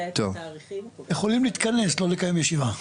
יכולים להתכנס, לא לקיים ישיבה.